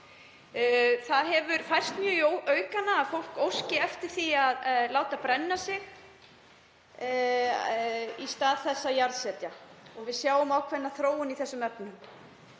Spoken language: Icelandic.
Það hefur færst mjög í aukana að fólk óski eftir því að láta brenna sig í stað þess að jarðsetja og við sjáum ákveðna þróun í þeim efnum.